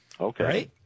Okay